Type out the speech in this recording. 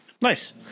Nice